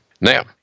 Now